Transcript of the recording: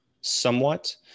somewhat